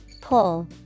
Pull